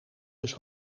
dus